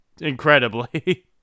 Incredibly